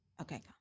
Okay